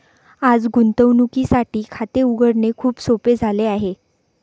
आज गुंतवणुकीसाठी खाते उघडणे खूप सोपे झाले आहे